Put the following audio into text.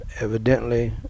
evidently